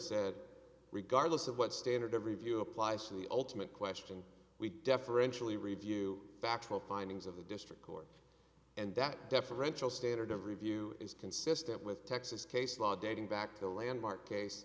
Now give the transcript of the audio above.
said regardless of what standard of review applies to the ultimate question we deferentially review factual findings of the district court and that deferential standard of review is consistent with texas case law dating back to the landmark case